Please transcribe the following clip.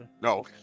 No